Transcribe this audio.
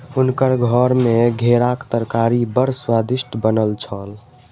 हुनकर घर मे घेराक तरकारी बड़ स्वादिष्ट बनल छल